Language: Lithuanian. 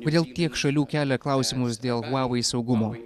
kodėl tiek šalių kelia klausimus dėl huavei saugumo